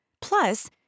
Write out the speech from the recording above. Plus